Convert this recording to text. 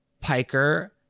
Piker